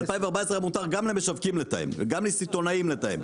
עד 2014 היה מותר גם למשווקים ולסיטונאים לתאם,